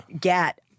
get